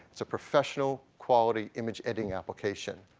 it's a professional quality image editing application.